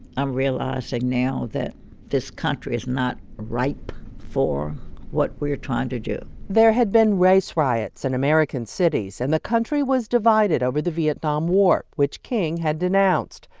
i'm realizing now that this country is not ripe for what we're trying to do there had been race riots in american cities, and the country was divided over the vietnam war, which king had denounced.